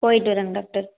போயிட்டு வரேங்க டாக்டர்